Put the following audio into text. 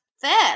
fair